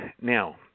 now